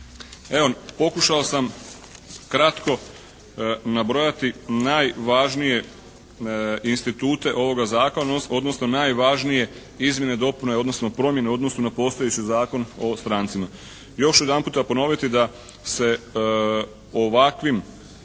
Evo, pokušao sam kratko nabrojati najvažnije institute ovoga Zakona, odnosno najvažnije izmjene i dopune, odnosno promjene u odnosu na postojeći Zakon o strancima. Još ću jedanputa ponoviti da se ovakvim